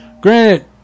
granted